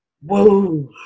whoa